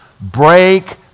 break